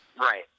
Right